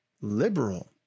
liberal